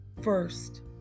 first